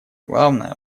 главное